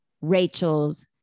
Rachel's